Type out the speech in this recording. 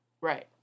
Right